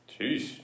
Jeez